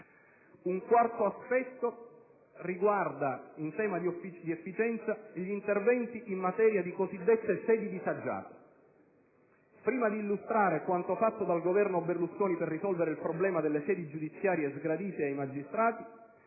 Un quarto aspetto riguarda, in tema di efficienza, gli interventi in materia di cosiddette sedi disagiate. Prima di illustrare quanto fatto dal Governo Berlusconi per risolvere il problema delle sedi giudiziarie sgradite ai magistrati,